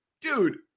dude